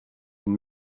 une